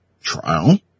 trial